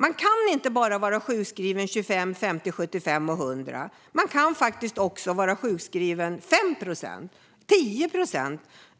Man kan inte bara vara sjukskriven 25, 50, 75 och 100 procent, utan man kan faktiskt också vara sjukskriven 5, 10